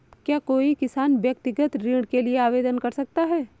क्या कोई किसान व्यक्तिगत ऋण के लिए आवेदन कर सकता है?